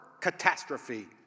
catastrophe